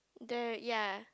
there ya